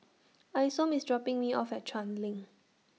Isom IS dropping Me off At Chuan LINK